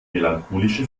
melancholische